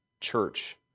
Church